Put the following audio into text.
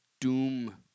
doom